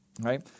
right